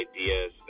ideas